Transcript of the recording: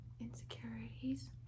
insecurities